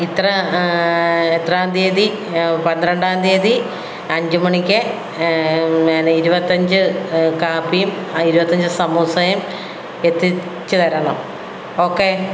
ഇത്ര എത്രാം തിയതി പന്ത്രണ്ടാം തിയതി അഞ്ച് മണിക്ക് ഇരുപത്തഞ്ച് കാപ്പിയും ഇരുപത്തഞ്ച് സമൂസയും എത്തിച്ചു തരണം ഓക്കെ